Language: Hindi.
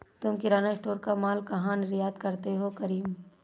तुम किराना स्टोर का मॉल कहा निर्यात करते हो करीम?